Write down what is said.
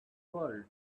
world